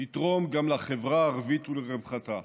נתרום גם לחברה הערבית ולרווחתה.